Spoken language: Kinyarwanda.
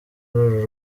uru